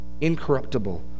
incorruptible